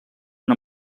una